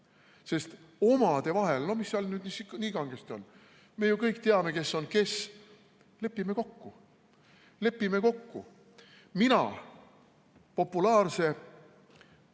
sest omade vahel, no mis seal ikka nii kangesti on, me ju kõik teame, kes on kes – lepime kokku. Mina populaarse